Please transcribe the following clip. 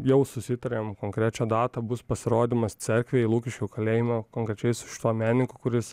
jau susitarėm konkrečią datą bus pasirodymas cerkvėj lukiškių kalėjimo konkrečiai su šituo menininku kuris